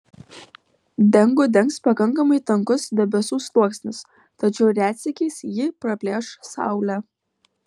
dangų dengs pakankami tankus debesų sluoksnis tačiau retsykiais jį praplėš saulė